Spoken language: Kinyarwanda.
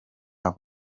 love